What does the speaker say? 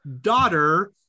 daughter